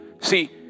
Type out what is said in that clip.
See